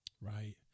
Right